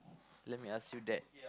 let me ask you that